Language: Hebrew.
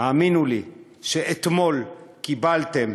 האמינו לי שאתמול קיבלתם